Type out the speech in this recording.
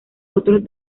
otros